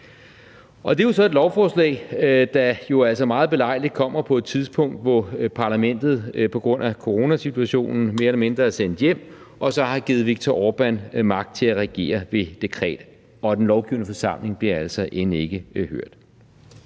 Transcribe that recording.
Det er så et lovforslag, der jo altså meget belejligt kommer på et tidspunkt, hvor parlamentet på grund af coronasituationen mere eller mindre er sendt hjem og så har givet Viktor Orbán magt til at regere ved dekret – og den lovgivende forsamling bliver altså end ikke hørt.